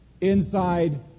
inside